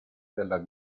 della